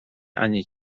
ani